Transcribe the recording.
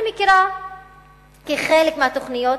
אני מכירה כי בחלק מהתוכניות